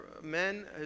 men